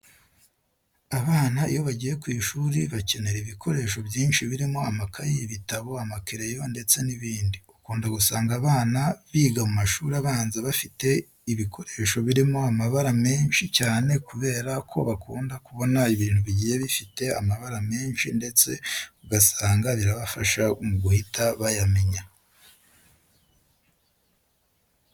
Abana iyo bagiye ku ishuri bakenera ibikoresho byinshi birimo amakayi, ibitabo, amakereyo ndetse n'ibindi. Ukunda gusanga abana biga mu mashuri abanza bafite ibikoresho birimo amabara menshi cyane kubera ko bakunda kubona ibintu bigiye bifite amabara menshi ndetse ugasanga birabafasha mu guhita bayamenya.